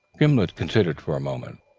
gimblet considered for a moment.